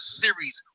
series